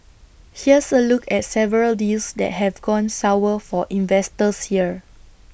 here's A look at several deals that have gone sour for investors here